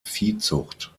viehzucht